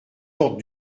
ordres